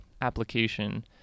application